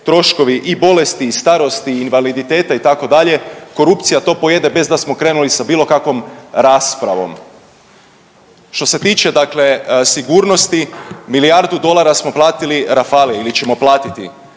troškovi i bolesti i starosti, invaliditeta itd., korupcija to pojede bez da smo krenuli sa bilo kakvom raspravom. Što se tiče dakle sigurnost, milijardu dolara smo platiti Rafale ili ćemo platiti.